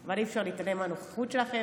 אבל אי-אפשר להתעלם מהנוכחות שלכם